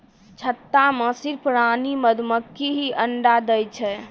छत्ता मॅ सिर्फ रानी मधुमक्खी हीं अंडा दै छै